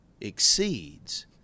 exceeds